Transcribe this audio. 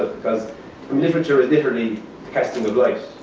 because literature is literally casting of light.